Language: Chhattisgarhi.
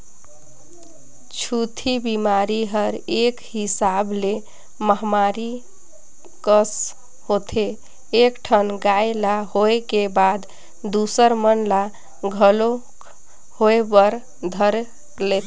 छूतही बेमारी हर एक हिसाब ले महामारी कस होथे एक ठन गाय ल होय के बाद दूसर मन ल घलोक होय बर धर लेथे